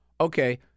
okay